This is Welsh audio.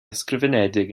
ysgrifenedig